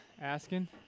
asking